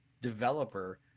developer